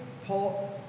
Paul